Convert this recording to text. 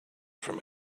from